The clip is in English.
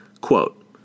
Quote